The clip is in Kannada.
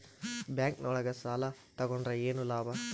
ಬ್ಯಾಂಕ್ ನೊಳಗ ಸಾಲ ತಗೊಂಡ್ರ ಏನು ಲಾಭ?